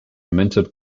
minted